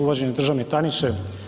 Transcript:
Uvaženi državni tajniče.